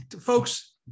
Folks